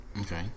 okay